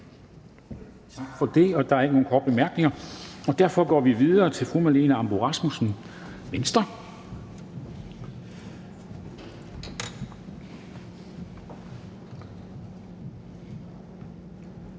ordføreren. Der er ikke nogen korte bemærkninger, og derfor går vi videre til fru Ellen Trane Nørby, Venstre.